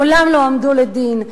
מעולם לא הועמדו לדין.